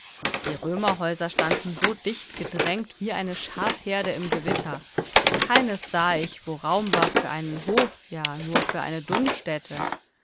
die römerhäuser standen so dicht gedrängt wie eine schafherde im gewitter keines sah ich wo raum war für einen hof ja nur für eine